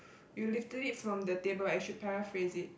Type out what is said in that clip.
you lifted it from the table right you should paraphrase it